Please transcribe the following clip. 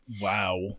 Wow